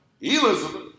Elizabeth